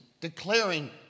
declaring